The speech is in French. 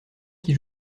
qui